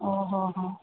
ଓ ହୋ ହଁ